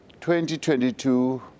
2022